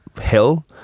hill